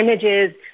images